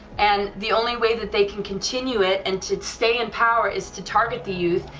and the only way that they can continue it and to stay in power is to target the youth,